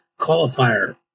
Qualifier